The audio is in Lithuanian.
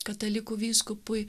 katalikų vyskupui